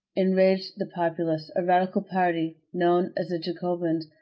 enraged the populace. a radical party, known as jacobins,